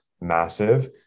massive